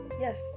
yes